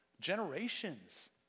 generations